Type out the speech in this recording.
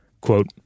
Quote